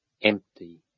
empty